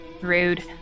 Rude